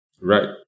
Right